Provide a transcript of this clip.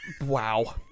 Wow